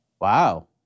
Wow